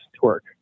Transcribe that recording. torque